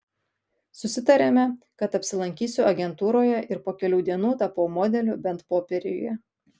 susitarėme kad apsilankysiu agentūroje ir po kelių dienų tapau modeliu bent popieriuje